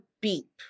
beep